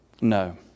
No